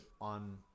on